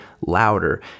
louder